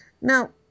Now